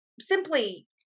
simply